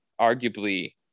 arguably –